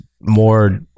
more